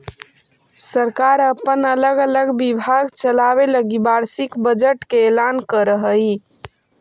सरकार अपन अलग अलग विभाग चलावे लगी वार्षिक बजट के ऐलान करऽ हई